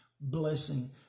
blessing